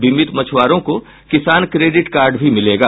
बीमित मछ्आरों को किसान क्रेडिट कार्ड भी मिलेगा